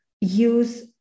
use